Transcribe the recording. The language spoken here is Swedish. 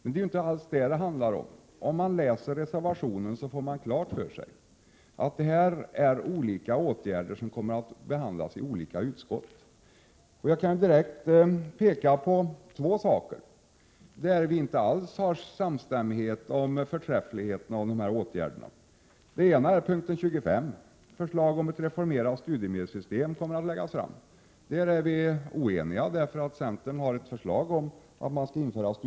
Det är inte alls detta det handlar om. Om man läser reservationen får man klart för sig att det är fråga om olika åtgärder som behandlas av olika utskott. Jag kan direkt påpeka två saker där det inte alls finns samstämmighet om åtgärdernas förträfflighet. Det ena är punkt 25 om att förslag till ett reformerat studiemedelssystem kommer att läggas fram. Där är vi oeniga, eftersom centern har förslag om att studielön skall införas.